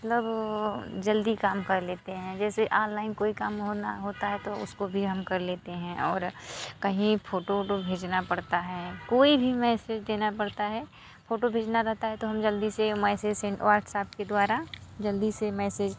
मतलब जल्दी काम कर लेते हैं जैसे आनलाइन कोई काम होना होता है तो उसको भी हम कर लेते हैं और कहीं फोटो वोटो भेजना पड़ता है कोई भी मैसेज देना पड़ता है फोटो भेजना रहता है तो हम जल्दी से मैसेज व्हाट्सएप के द्वारा जल्दी से मैसेज